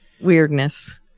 Weirdness